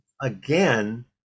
again